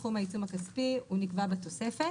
סכום העיצום הכספי נקבע בתוספת.